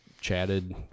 chatted